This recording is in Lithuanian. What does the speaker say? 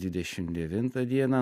dvidešim devintą dieną